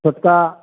छोटका